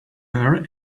her